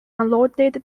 unloaded